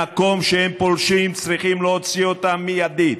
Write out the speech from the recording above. במקום שהם פולשים צריכים להוציא אותם מיידית,